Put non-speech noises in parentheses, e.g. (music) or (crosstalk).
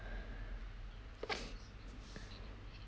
(breath)